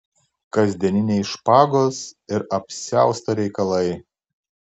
kasdieniniai špagos ir apsiausto reikalai